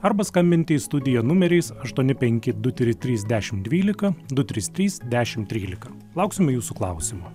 arba skambinti į studiją numeriais aštuoni penki du try trys dešim dvylika du trys trys dešim trylika lauksime jūsų klausimų